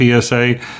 PSA